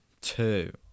two